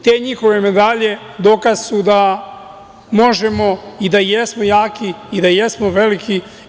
Te njihove medalje dokaz su da možemo i da jesmo jaki i da jesmo veliki.